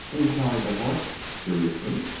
enquired the horse, seriously.